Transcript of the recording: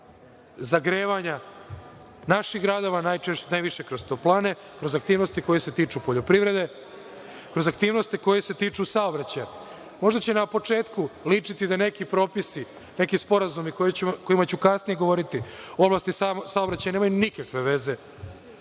zagrevanja naših gradova, najviše kroz toplane, kroz aktivnosti koje se tiču poljoprivrede, kroz aktivnosti koje se tiču saobraćaja. Možda će na početku ličiti da neki propisi, neki sporazumi, o kojima ću kasnije govoriti, u oblasti saobraćaja nemaju nikakve veze